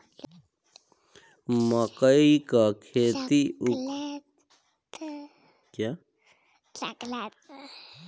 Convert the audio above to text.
मकई कअ खेती उखठलो खेत में हो जाला एही से पहिले लोग एके खूब बोअत रहे